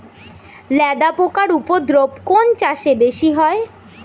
লেদা পোকার উপদ্রব কোন চাষে বেশি হয়?